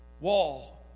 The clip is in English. wall